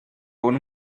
con